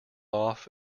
off